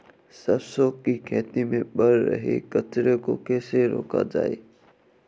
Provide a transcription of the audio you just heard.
सरसों की खेती में बढ़ रहे कचरे को कैसे रोका जाए?